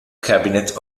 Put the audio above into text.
cabinet